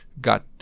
got